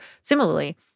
Similarly